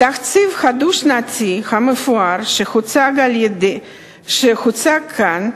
בתקציב הדו-שנתי המפואר שהוצג כאן,